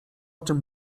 czym